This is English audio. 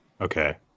Okay